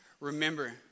remember